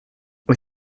est